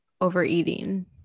overeating